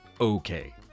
okay